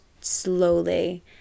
slowly